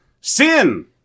sin